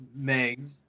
megs